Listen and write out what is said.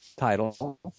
title